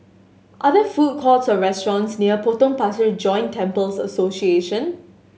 are there food courts or restaurants near Potong Pasir Joint Temples Association